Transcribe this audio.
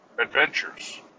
adventures